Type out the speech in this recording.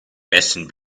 wessen